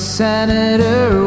senator